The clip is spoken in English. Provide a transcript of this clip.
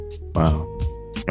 Wow